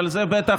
אבל זה בטח,